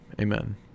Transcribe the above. amen